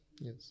Yes